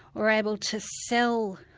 were able to sell,